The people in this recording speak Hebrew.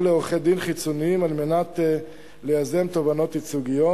או לעורכי-דין חיצוניים על מנת ליזום תובענות ייצוגיות.